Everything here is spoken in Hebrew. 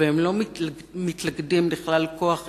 והם לא מתלכדים לכלל כוח אחד,